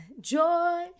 joy